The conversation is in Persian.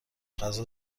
غذا